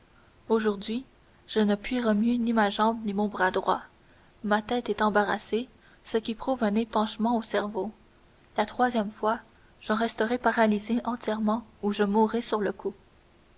aujourd'hui je ne puis remuer ni ma jambe ni mon bras droit ma tête est embarrassée ce qui prouve un épanchement au cerveau la troisième fois j'en resterai paralysé entièrement ou je mourrai sur le coup